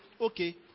okay